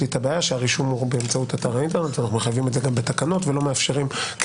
שהרישום הוא באמצעות אתר האינטרנט וזה בתקנות וכן מאפשרים